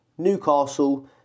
Newcastle